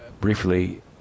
briefly